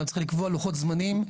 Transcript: צריך לקבוע לוחות זמנים,